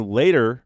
later